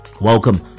Welcome